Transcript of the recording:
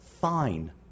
fine